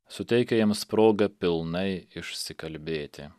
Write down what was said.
suteikia jiems progą pilnai išsikalbėti